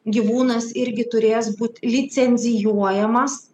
gyvūnas irgi turės būt licencijuojamas